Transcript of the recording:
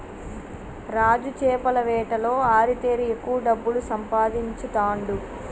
రాజు చేపల వేటలో ఆరితేరి ఎక్కువ డబ్బులు సంపాదించుతాండు